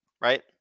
right